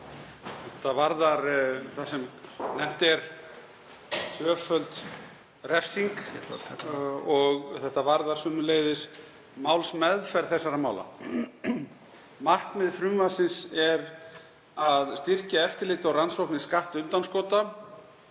Það varðar það sem nefnt er tvöföld refsing og varðar sömuleiðis málsmeðferð þessara mála. Markmið frumvarpsins er að styrkja eftirlit og rannsóknir skattundanskota